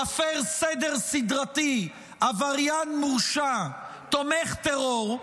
מפר סדר סדרתי, עבריין מורשע, תומך טרור.